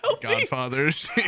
Godfathers